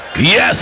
Yes